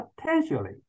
potentially